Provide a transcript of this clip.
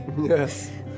Yes